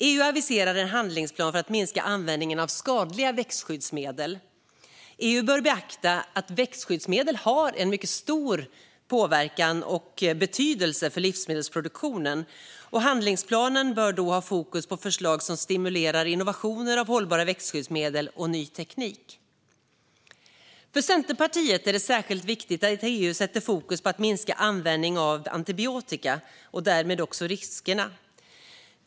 EU aviserar en handlingsplan för att minska användningen av skadliga växtskyddsmedel. EU bör beakta att växtskyddsmedel har en mycket stor påverkan på och betydelse för livsmedelsproduktionen. Handlingsplanen bör då ha fokus på förslag som stimulerar innovationer i fråga om hållbara växtskyddsmedel och ny teknik. För Centerpartiet är det särskilt viktigt att EU sätter fokus på att minska användning av antibiotika och därmed också riskerna.